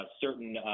certain